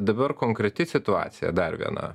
dabar konkreti situacija dar viena